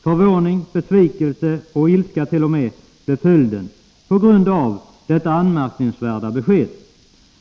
Förvåning, besvikelse, t.o.m. ilska blev följden av detta anmärkningsvärda besked.